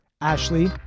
Ashley